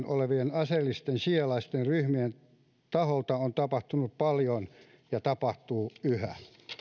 olevien aseellisten siialaisten ryhmien taholta on tapahtunut paljon ja tapahtuu yhä